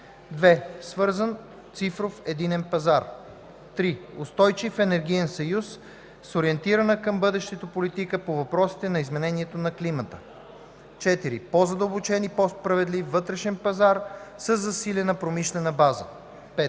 2. Свързан цифров единен пазар. 3. Устойчив енергиен съюз с ориентирана към бъдещето политика по въпросите на изменението на климата. 4. По-задълбочен и по-справедлив вътрешен пазар със засилена промишлена база. 5.